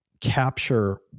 capture